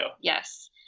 yes